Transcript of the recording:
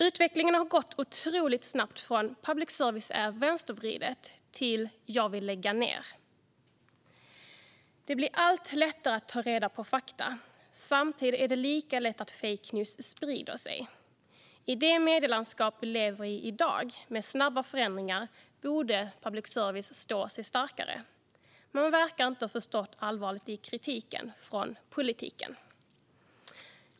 Utvecklingen har gått otroligt snabbt från åsikten "Public service är vänstervriden" till "Jag vill lägga ned den". Det blir allt lättare att ta reda på fakta. Samtidigt är det lika lätt att fake news sprider sig. I det medielandskap vi i dag lever i, med snabba förändringar, borde public service stå sig starkare. Men från politikens håll verkar man inte ha förstått allvaret i kritiken.